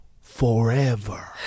forever